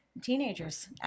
teenagers